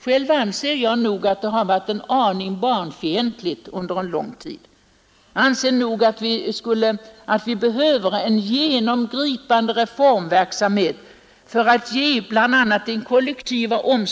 Själv anser jag dock att det under lång tid har rått ett barnfientligt klimat i samhället. Vi behöver en genomgripande reformverksamhet när det exempelvis gäller den kollektiva omsorgen.